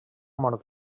mort